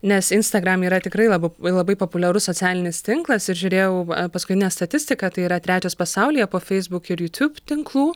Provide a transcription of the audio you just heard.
nes instagram yra tikrai labai labai populiarus socialinis tinklas ir žiūrėjau paskutinę statistiką tai yra trečias pasaulyje po facebook ir youtube tinklų